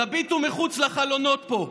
תביטו מחוץ לחלונות פה,